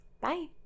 Bye